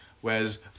Whereas